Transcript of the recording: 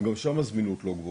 וגם שם הזמינות לא מאוד גבוהה.